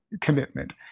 commitment